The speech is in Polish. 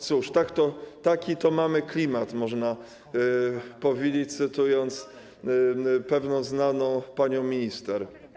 Cóż, taki mamy klimat można powiedzieć, cytując pewną znaną panią minister.